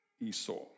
Esau